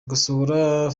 gusohora